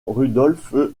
rudolf